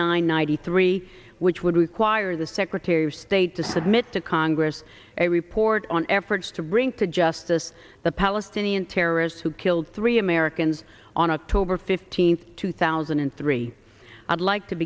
ninety three which would require the secretary of state to submit to congress a report on efforts to bring to justice the palestinian terrorists who killed three americans on october fifteenth two thousand and three i'd like to